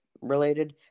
related